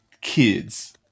kids